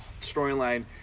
storyline